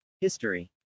history